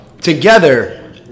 together